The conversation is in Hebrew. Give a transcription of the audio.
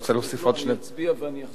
לא, אני אצביע ואני אחזור.